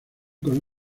con